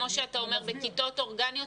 כמו שאתה אומר בכיתות אורגניות,